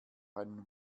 einen